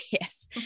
yes